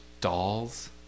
Dolls